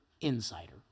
insider